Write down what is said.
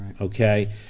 okay